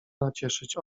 nacieszyć